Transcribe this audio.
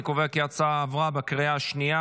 אני קובע כי ההצעה עברה בקריאה השנייה,